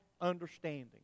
understanding